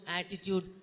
attitude